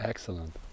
Excellent